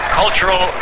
cultural